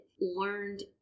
learned